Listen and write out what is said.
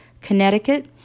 Connecticut